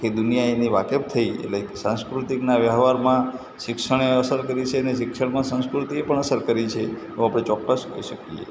એ દુનિયા એની વાકેફ થઇ એટલે સાંસ્કૃતિકના વ્યવહારોમાં શિક્ષણે અસર કરી છે ને શિક્ષણમાં સંસ્કૃતિએ પણ અસર કરી છે એવું આપણે ચોક્કસ કહી શકીએ